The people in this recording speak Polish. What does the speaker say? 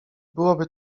byłoby